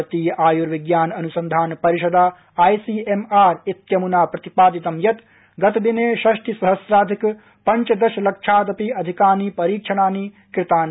भारतीय आयुर्विज्ञान अनुसन्धान परिषदा आईसीएमआर इत्यमुना प्रतिपादितं यत् गतदिने षष्टि सहस्राधिक पंचदश लक्षादपि अधिकानि परीक्षणानि कृतानि